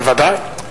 בוודאי.